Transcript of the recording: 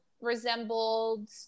resembled